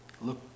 Look